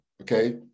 okay